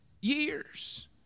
years